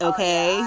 Okay